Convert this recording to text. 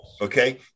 Okay